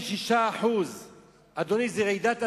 46% אדוני, זו רעידת אדמה.